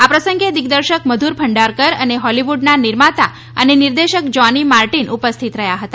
આ પ્રસંગે દિગ્દર્શક મધુર ભંડારકર અને હોલીવુડના નિર્માતા અને નિર્દેશક જોની માર્ટીન ઉપસ્થિત રહ્યા હતા